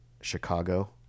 Chicago